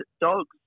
dogs